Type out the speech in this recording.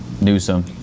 Newsom